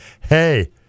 hey